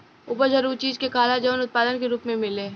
उपज हर उ चीज के कहाला जवन उत्पाद के रूप मे मिले